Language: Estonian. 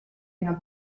enam